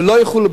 שלא ילכו,